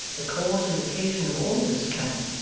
the cause and occasion of all this clamour,